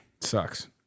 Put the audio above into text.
Sucks